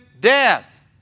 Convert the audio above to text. death